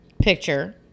picture